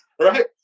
Right